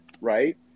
right